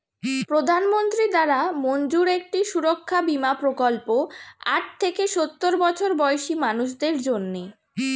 প্রধানমন্ত্রী দ্বারা মঞ্জুর একটি সুরক্ষা বীমা প্রকল্প আট থেকে সওর বছর বয়সী মানুষদের জন্যে